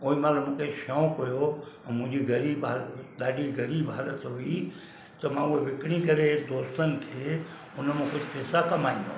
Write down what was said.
ओॾीमहिल मूंखे शौंक़ु हुयो ऐं मुंहिंजी ग़रीब हालति ॾाढी ग़रीब हालति हुई त मां उहे विकिणी करे दोस्तनि खे उनमां कुझु पैसा कमाईंदो हुयमि